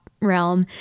realm